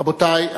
רבותי,